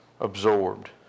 absorbed